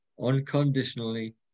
unconditionally